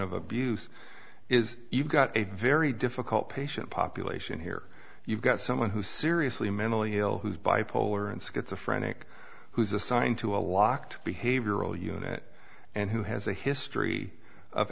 of abuse is you've got a very difficult patient population here you've got someone who seriously mentally ill who's bipolar and schizo phrenic who's assigned to a locked behavioral unit and who has a history of